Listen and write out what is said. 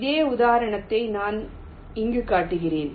அதே உதாரணத்தை நான் இங்கே காட்டுகிறேன்